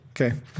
Okay